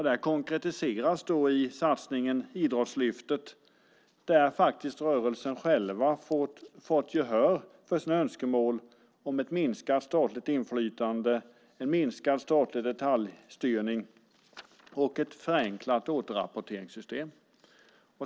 Det konkretiseras i satsningen Idrottslyftet, där rörelsen själv har fått gehör för sina önskemål om ett minskat statligt inflytande, en minskad statlig detaljstyrning och ett förenklat återrapporteringssystem.